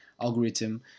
algorithm